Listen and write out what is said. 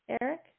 Eric